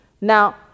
Now